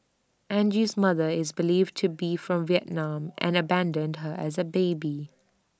Angie's mother is believed to be from Vietnam and abandoned her as A baby